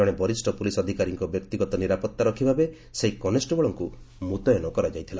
ଜଣେ ବରିଷ୍ଠ ପୁଲିସ୍ ଅଧିକାରୀଙ୍କ ବ୍ୟକ୍ତିଗତ ନିରାପତ୍ତା ରକ୍ଷି ଭାବେ ସେହି କନେଷ୍ଟବଳଙ୍କୁ ମୁତ୍ୟନ କରାଯାଇଥିଲା